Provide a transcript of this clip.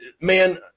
man